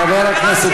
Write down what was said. חבר הכנסת